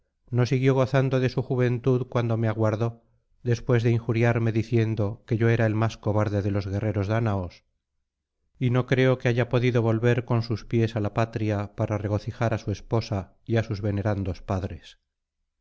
no siguió gozando de su juventud cuando me aguardó después de injuriarme diciendo que yo era el más cobarde délos guerreros dáñaos y no creo que haya podido volver con sus pies á la patria para regocijar á su esposa y á sus venerandos padres